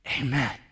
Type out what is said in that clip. Amen